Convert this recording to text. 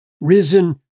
risen